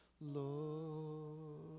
Lord